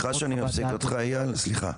סליחה שאני מפסיק אותך אייל, סליחה,